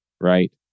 Right